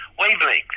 wavelength